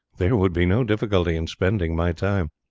there would be no difficulty in spending my time.